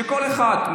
שכל אחד,